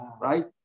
right